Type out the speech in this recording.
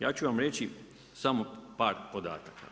Ja ću vam reći samo par podataka.